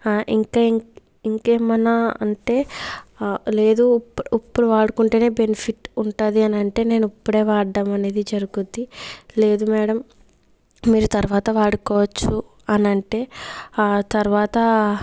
ఇంకా ఇంకా ఏమన్నా అంటే లేదు ఉప్పుడు ఉప్పుడు వాడుకుంటేనే బెన్ఫిట్ ఉంటుంది అనంటే నేను ఉప్పుడే వాడ్డం అనేది జరుగుద్ది లేదు మ్యాడం మీరు తర్వాత వాడుకోవచ్చు అనంటే ఆ తర్వాత